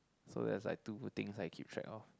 so there's like two good things I keep track of